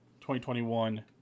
2021